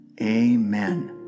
Amen